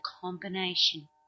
combination